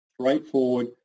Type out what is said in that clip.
straightforward